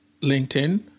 LinkedIn